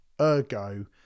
Ergo